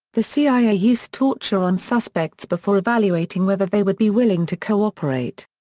the cia used torture on suspects before evaluating whether they would be willing to cooperate.